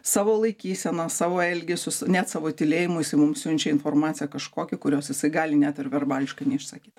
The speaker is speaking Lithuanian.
savo laikysena savo elgesiu net savo tylėjimu jisai mum siunčia informaciją kažkokią kurios jisai gali net ir verbališkai neišsakyt